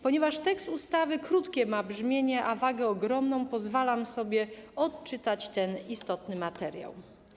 Ponieważ tekst ustawy krótkie ma brzmienie, a wagę ogromną, pozwalam sobie odczytać ten istotny materiał.